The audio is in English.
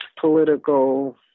political